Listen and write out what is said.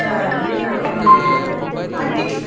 ಸರಿಗೆ ಹೊಡಿತಿದ್ರು ಆಂಟಿ